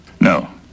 No